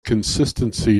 consistency